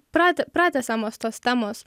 pratę pratęsiamos tos temos